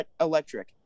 electric